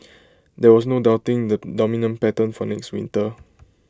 there was no doubting the dominant pattern for next winter